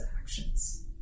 actions